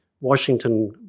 Washington